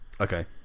Okay